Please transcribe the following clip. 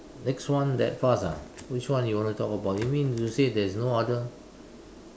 next one that fast ah which one you want to talk about you mean to say there is no other